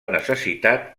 necessitat